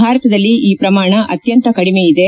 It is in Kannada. ಭಾರತದಲ್ಲಿ ಈ ಪ್ರಮಾಣ ಅತ್ಯಂತ ಕಡಿಮೆಯಿದೆ